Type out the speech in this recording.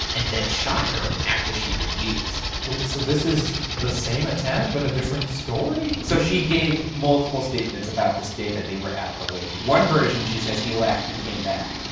and then shot her after she refused. wait, so this is the same attack but a different story? so she gave multiple statements about this day that they were at the lake. one version she says he left and came back.